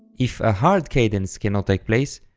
if a hard cadence cannot take place,